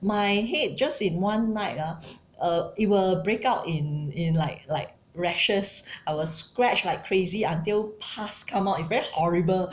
my head just in one night ah uh it will break out in in like like rashes I will scratch like crazy until pus come out it's very horrible